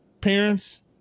parents